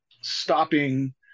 stopping